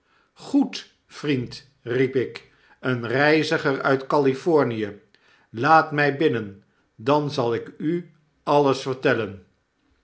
goed vriend riep ik een reiziger uit california laat mij binnen dan zal ik u alles vertellen